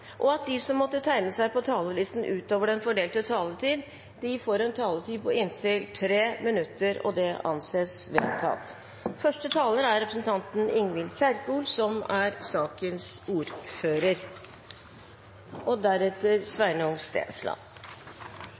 og at de som måtte tegne seg på talerlisten utover den fordelte taletid, får en taletid på inntil 3 minutter. – Det anses vedtatt.